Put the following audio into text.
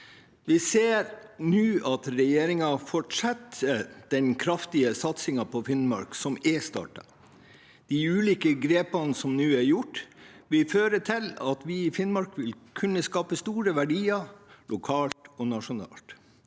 Vi ser nå at regjeringen fortsetter den kraftige satsingen som er startet på Finnmark. De ulike grepene som nå er gjort, vil føre til at vi i Finnmark vil kunne skape store verdier lokalt og nasjonalt.